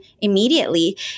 immediately